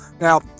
Now